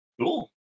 Cool